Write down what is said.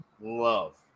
love